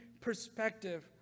perspective